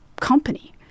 company